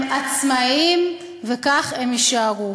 הם עצמאים, וכך הם יישארו.